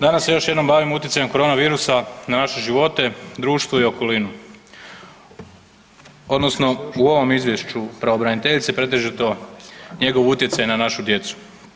Danas se još jednom bavimo utjecajem korona virusa na naše živote, društvo i okolinu odnosno u ovom Izvješću pravobraniteljice pretežito njegov utjecaj na našu djecu.